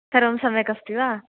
सर्वं सम्यक् अस्ति वा